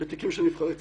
בתיקים של נבחרי ציבור,